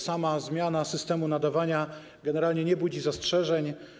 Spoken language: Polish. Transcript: Sama zmiana systemu nadawania generalnie nie budzi zastrzeżeń.